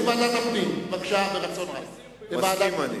אין בעיה, אני מסכים.